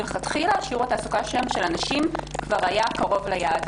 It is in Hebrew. מלכתחילה שיעור התעסוקה של הנשים החרדיות היה כבר קרוב ליעד.